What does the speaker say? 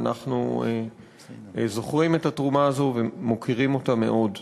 ואנחנו זוכרים את התרומה הזו ומוקירים אותה מאוד.